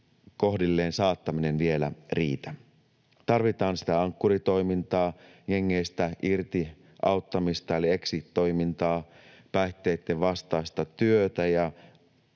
kohdilleen saattaminen vielä riitä. Tarvitaan sitä Ankkuri-toimintaa, jengeistä irti auttamista eli exit-toimintaa, päihteitten vastaista työtä ja